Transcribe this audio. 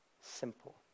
simple